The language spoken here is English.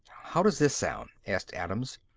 how does this sound? asked adams.